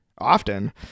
often